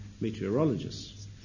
meteorologists